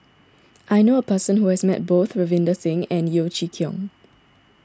I knew a person who has met both Ravinder Singh and Yeo Chee Kiong